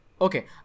Okay